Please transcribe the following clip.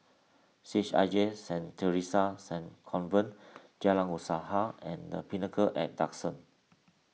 C H I J Saint theresa's Saint Convent Jalan Usaha and the Pinnacle at Duxton